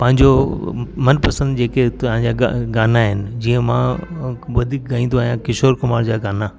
पंहिंजो मनपसंदि जेके तव्हांजा ग गाना आइन जीअं मां वधीक ॻाईंदो आहियां किशोर कुमार जा गाना